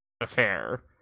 affair